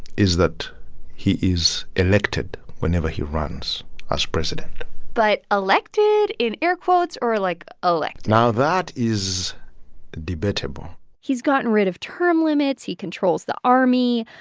is that he is elected whenever he runs as president but elected in air quotes or like elected now, that is debatable he's gotten rid of term limits. he controls the army.